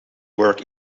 work